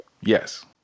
Yes